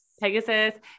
Pegasus